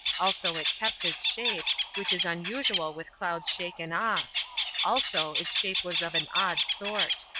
also it kept its shape, which is unusual with clouds shaken off also its shape was of an odd sort.